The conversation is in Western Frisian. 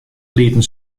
lieten